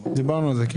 דיברנו על זה.